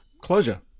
Closure